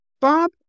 Bob